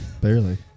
Barely